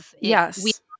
Yes